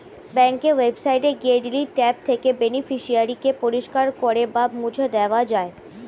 ব্যাঙ্কের ওয়েবসাইটে গিয়ে ডিলিট ট্যাব থেকে বেনিফিশিয়ারি কে পরিষ্কার করে বা মুছে দেওয়া যায়